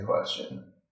question